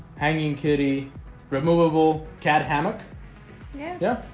hanging kitty removable cat hammock yeah, and